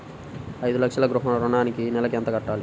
ఐదు లక్షల గృహ ఋణానికి నెలకి ఎంత కట్టాలి?